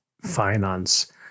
finance